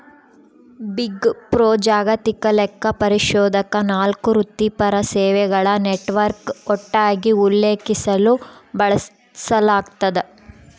big four ಜಾಗತಿಕ ಲೆಕ್ಕಪರಿಶೋಧಕ ನಾಲ್ಕು ವೃತ್ತಿಪರ ಸೇವೆಗಳ ನೆಟ್ವರ್ಕ್ ಒಟ್ಟಾಗಿ ಉಲ್ಲೇಖಿಸಲು ಬಳಸಲಾಗ್ತದ